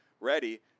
ready